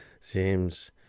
seems